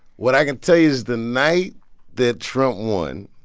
what i can tell you is the night that trump won,